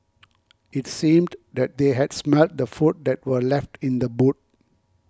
it seemed that they had smelt the food that were left in the boot